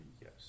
Yes